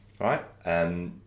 right